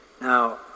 Now